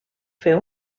fer